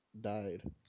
died